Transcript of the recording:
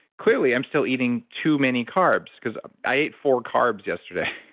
clearly, i'm still eating too many carbs because i ate four carbs yesterday